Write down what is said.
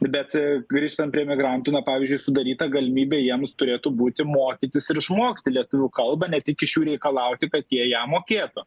bet grįžtant prie migrantų na pavyzdžiui sudaryta galimybė jiems turėtų būti mokytis ir išmokti lietuvių kalbą ne tik iš jų reikalauti kad jie ją mokėtų